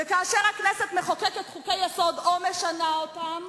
וכאשר הכנסת מחוקקת חוקי-יסוד, או משנה אותם,